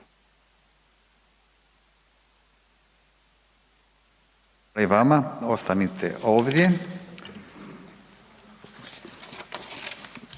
i vama. Ostanite ovdje.